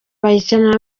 bayikina